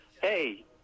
Hey